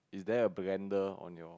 is there a blender on your